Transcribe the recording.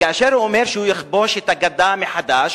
כאשר הוא אומר שהוא יכבוש את הגדה מחדש,